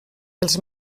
els